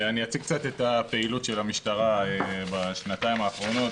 אני אציג קצת את הפעילות של המשטרה בשנתיים האחרונות,